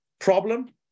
problem